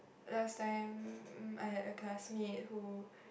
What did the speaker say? last time I had a classmate who